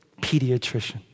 pediatrician